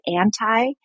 anti